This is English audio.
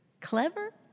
Clever